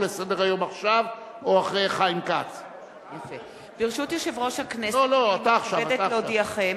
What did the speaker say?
ברשות יושב-ראש הכנסת, הנני מתכבדת להודיעכם,